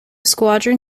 squadron